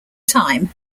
time